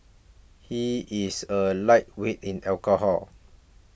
he is a lightweight in alcohol